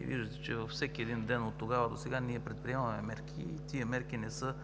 Виждате, че във всеки един ден оттогава досега ние предприемаме мерки и тези мерки не са